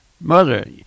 mother